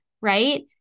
right